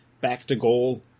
back-to-goal